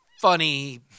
funny